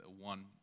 one